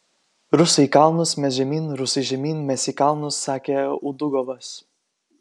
rusai į kalnus mes žemyn rusai žemyn mes į kalnus sakė udugovas